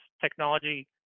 technology